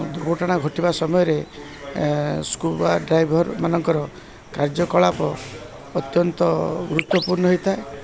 ଦୁର୍ଘଟଣା ଘଟିବା ସମୟରେ ସ୍କୁବା ଡାଇଭର୍ ମାନଙ୍କର କାର୍ଯ୍ୟକଳାପ ଅତ୍ୟନ୍ତ ଗୁରୁତ୍ୱପୂର୍ଣ୍ଣ ହେଇଥାଏ